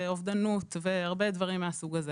אובדנות והרבה דברים מהסוג הזה